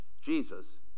Jesus